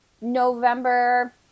November